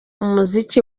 umuziki